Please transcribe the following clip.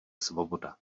svoboda